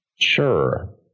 Sure